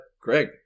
Greg